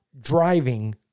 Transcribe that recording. driving